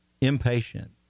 impatient